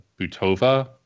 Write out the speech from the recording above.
Butova